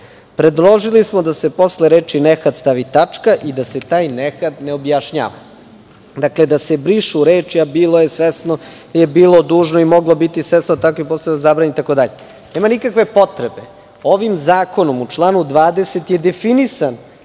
predložili smo da se posle reči "nehat" stavi tačka i da se taj "nehat" ne objašnjava i da se brišu reči: "a bilo je svesno ili je bilo dužno i moglo biti svesno da je takav postupak zabranjen" i tako dalje. Nema nikakve potrebe. Ovim zakonom je u članu 20. definisan